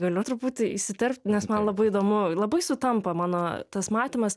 galiu truputį įsiterpti nes man labai įdomu labai sutampa mano tas matymas